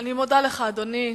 אני מודה לך, אדוני.